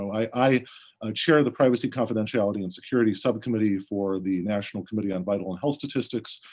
i chair the privacy, confidentiality and security subcommittee for the national committee on vital and health statistics.